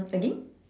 again